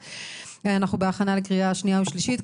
אנחנו בהכנה לקריאה שנייה ושלישית.